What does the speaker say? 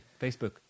Facebook